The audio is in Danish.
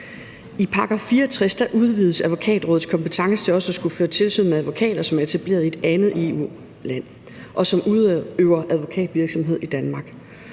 I § 64 udvides Advokatrådets kompetence til også at skulle føre tilsyn med advokater, som er etableret i et andet EU-land, og som udøver advokatvirksomhed i Danmark.